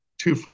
two